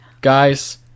Guys